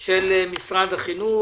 של משרד החינוך.